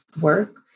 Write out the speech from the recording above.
work